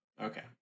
okay